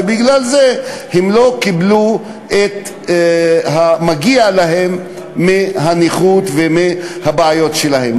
ובגלל זה הם לא קיבלו את המגיע להם בגלל הנכות והבעיות שלהם.